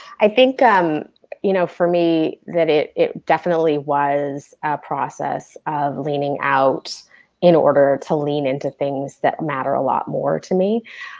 i think um you know, for me, that it it definitely was a process leaning out in order to lean in to things that matter a lot more to me.